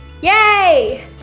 Yay